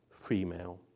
female